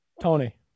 Tony